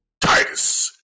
Titus